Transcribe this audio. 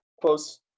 close